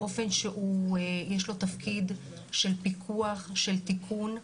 באופן שיש לו תפקיד של פיקוח, של תיקון.